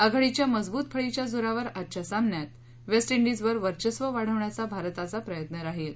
आघाडीच्या मजबूत फळीच्या जोरावर आजच्या सामन्यात वेस्ट डिजवर वर्चस्व वाढवण्याचा भारताचा प्रयत्न राहील